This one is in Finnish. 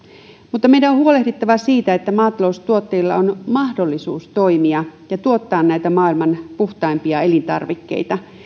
mutta meidän on huolehdittava siitä että maataloustuottajilla on mahdollisuus toimia ja tuottaa näitä maailman puhtaimpia elintarvikkeita